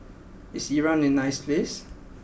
is Iran a nice place